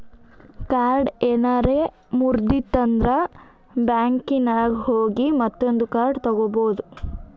card ಏನಾರೆ ಮುರ್ದಿತ್ತಂದ್ರ ಬ್ಯಾಂಕಿನಾಗ್ ಹೋಗಿ ಮತ್ತೊಂದು ಕಾರ್ಡ್ ತಗೋಬೋದ್